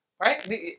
Right